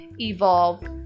evolve